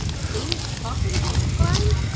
singed possum he exclaimed,